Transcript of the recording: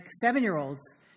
seven-year-olds